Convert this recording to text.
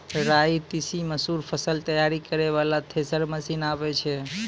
राई तीसी मसूर फसल तैयारी करै वाला थेसर मसीन आबै छै?